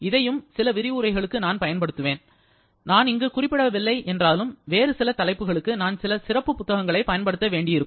இதையும் சில விரிவுரைகளுக்கு நான் பயன்படுத்துவேன் நான் இங்கு குறிப்பிடவில்லை என்றாலும் வேறு சில தலைப்புகளுக்கு நான் சில சிறப்பு புத்தகங்களைப் பயன்படுத்த வேண்டியிருக்கும்